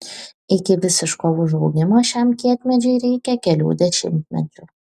iki visiško užaugimo šiam kietmedžiui reikia kelių dešimtmečių